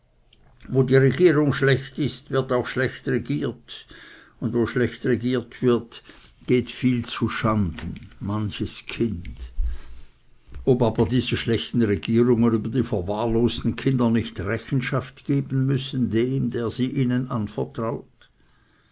wo die regierung schlecht ist wird auch schlecht regiert und wo schlecht regiert wird geht viel zu schanden manches kind ob aber diese schlechten regierungen über die verwahrlosten kinder nicht rechenschaft geben müssen dem der sie ihnen anvertraut